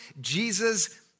Jesus